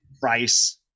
price